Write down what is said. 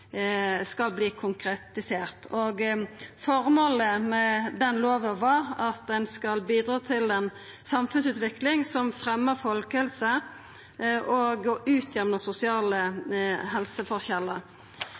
Formålet med lova var at ho skal bidra til ei samfunnsutvikling som fremjar folkehelse og